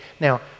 Now